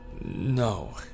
No